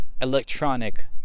electronic